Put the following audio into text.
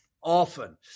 Often